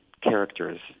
characters